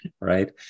right